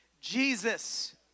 Jesus